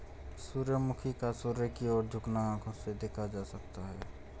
सूर्यमुखी का सूर्य की ओर झुकना आंखों से देखा जा सकता है